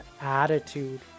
attitude